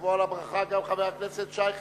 יבוא על הברכה גם חבר הכנסת שי חרמש,